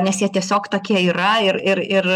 nes jie tiesiog tokie yra ir ir ir